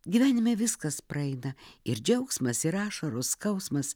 gyvenime viskas praeina ir džiaugsmas ir ašarų skausmas